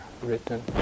written